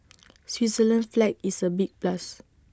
Switzerland's flag is A big plus